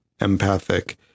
empathic